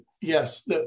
Yes